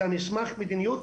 אלא מסמך מדיניות,